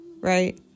Right